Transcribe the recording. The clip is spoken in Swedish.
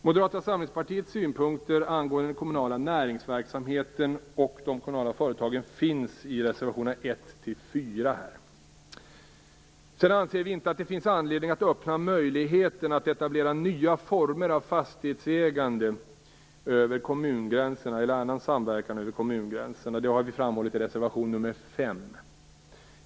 Moderata samlingspartiets synpunkter angående den kommunala näringsverksamheten och de kommunala företagen finns i reservationerna nr 1 Vidare anser vi inte att det finns anledning att öppna möjligheten att etablera nya former av fastighetsägande eller annan samverkan över kommungränserna. Detta har vi framhållit i reservation nr 5.